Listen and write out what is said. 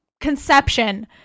conception